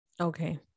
okay